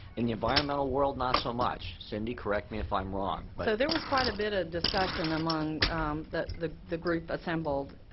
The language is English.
and the environmental world, not so much. cindy, correct me if i'm wrong. so there was quite a bit of discussion among the the group assembled